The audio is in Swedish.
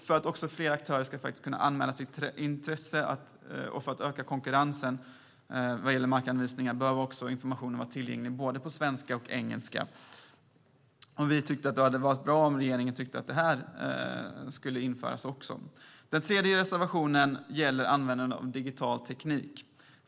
För att fler aktörer ska kunna anmäla intresse och för att öka konkurrensen om markanvisningarna bör informationen vara tillgänglig på både svenska och engelska. Det hade varit bra om också regeringen velat införa detta. Den tredje reservationen gäller användningen av digital teknik.